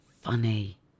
funny